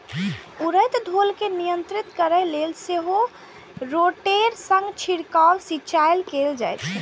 उड़ैत धूल कें नियंत्रित करै लेल सेहो रोटेटर सं छिड़काव सिंचाइ कैल जाइ छै